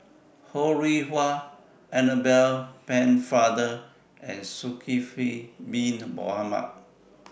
Ho Rih Hwa Annabel Pennefather and Zulkifli Bin Mohamed